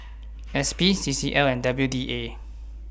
S P C C L and W D A